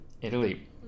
Italy